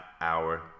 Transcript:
hour